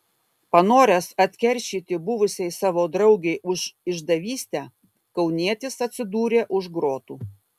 panoręs atkeršyti buvusiai savo draugei už išdavystę kaunietis atsidūrė už grotų